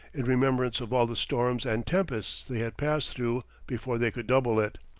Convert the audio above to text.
in remembrance of all the storms and tempests they had passed through before they could double it.